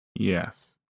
Yes